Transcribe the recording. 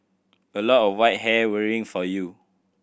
a lot of white hair worrying for you